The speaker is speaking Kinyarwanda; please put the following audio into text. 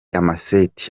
amaseti